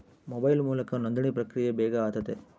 mobile ಮೂಲಕ ನೋಂದಣಿ ಪ್ರಕ್ರಿಯೆ ಬೇಗ ಆತತೆ